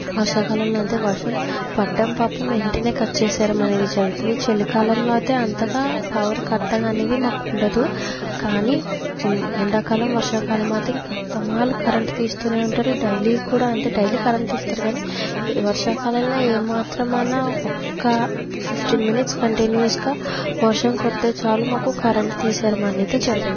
వర్షాకాలంలో అంతే వర్షం పడ్డం పాపం వెంటనే కట్ చేసేయడం అనేది జరుగుతాది చలికాలంలో అయితే అంతగా పవర్ కట్ అనేది మాకుండదు కానీ ఎండాకాలం వర్షాకాలం మాత్రం ఇంకా అంతమాలు కరెంటు తీస్తూనే ఉంటారు డైలీ కూడా అంతే డైలీ కరెంట్ తీస్తారు కాని వర్షాకాలంలో ఏం మాత్రమైనా ఒక్క ఫిఫ్టీన్ మినిట్స్ కంటిన్యూస్ గా వర్షం కొడితే చాలు మాకు కరెంట్ తీసేడం అనేది జరుగుద్ధి